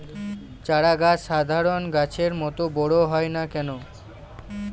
চারা গাছ সাধারণ গাছের মত বড় হয় না কেনো?